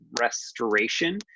restoration